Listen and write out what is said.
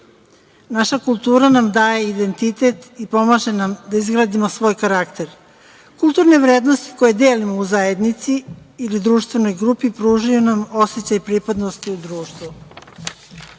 Naša kultura nam daje identitet, pomaže nam da izgradimo svoj karakter. Kulturne vrednosti koje delimo u zajednici ili društvenoj grupi pružaju nam osećaj pripadnosti u društvu.